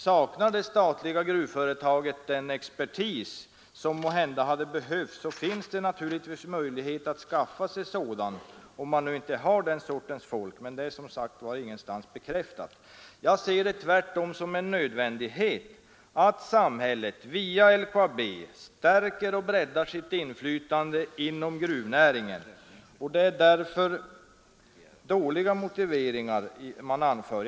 Saknar det statliga gruvföretaget den expertis som måhända hade behövts, finns det naturligtvis möjlighet att skaffa sig sådan — men att man inte har den sortens folk är som sagt var ingenstans bekräftat. Jag ser det tvärtom som en nödvändighet att samhället via LKAB stärker och breddar sitt inflytande inom gruvnäringen. Det är dåliga motargument man anför.